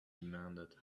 demanded